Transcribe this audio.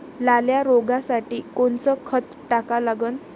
लाल्या रोगासाठी कोनचं खत टाका लागन?